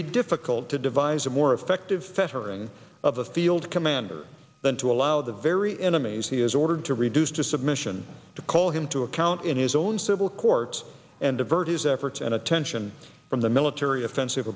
be difficult to devise a more effective festering of the field commander than to allow the very enemies he is ordered to reduce to submission to call him to account in his own civil courts and divert his efforts and attention from the military offensive